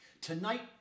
Tonight